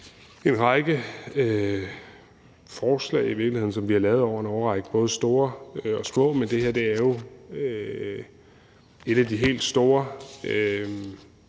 en række forslag, som vi har lavet over en årrække. Det gælder både store og små, men det her er jo et af de helt store.